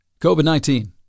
COVID-19